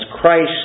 Christ